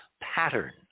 pattern